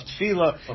tefillah